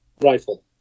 rifle